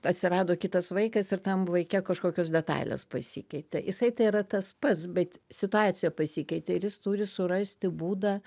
atsirado kitas vaikas ir tam vaike kažkokios detalės pasikeitė jisai tai yra tas pats bet situacija pasikeitė ir jis turi surasti būdą